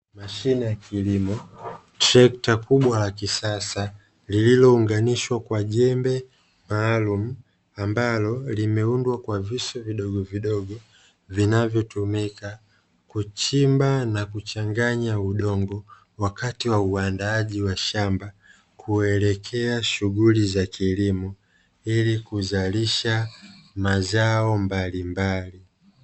Mashine ya kilimo trekta kubwa la kisasa lililounganishwa kwa jembe maalumu ambalo limeundwa kwa visu vidogo vidogo, vinavyotumika kuchimba na kuchanganya udongo wakati wa uandaaji wa shamba, kuelekea shughuli za kilimo ili kuzalisha mazao mbalimbali.